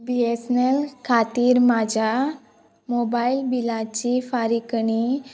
बी S N L खातीर म्हाज्या mobile बिलाची फारीकणी